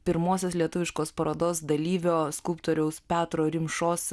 pirmosios lietuviškos parodos dalyvio skulptoriaus petro rimšos